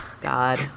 God